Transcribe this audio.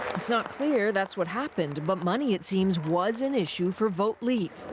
it's not clear that's what happened but money it seems was an issue for vote leave.